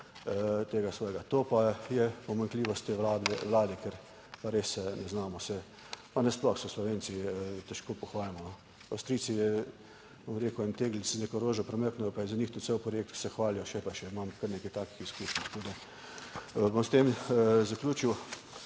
tega svojega, to pa je pomanjkljivost te Vlade, ker pa res ne znamo se, pa nasploh se Slovenci težko pohvalimo. Avstrijci, bom rekel en »tegelc« neko rožo premaknejo, pa je za njih to cel projekt, se hvalijo še pa še, imam kar nekaj takih izkušenj tako, da bom s tem zaključil.